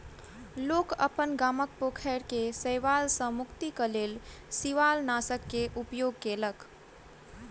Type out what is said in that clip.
लोक अपन गामक पोखैर के शैवाल सॅ मुक्तिक लेल शिवालनाशक के उपयोग केलक